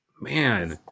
man